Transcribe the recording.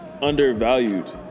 undervalued